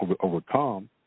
overcome